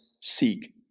seek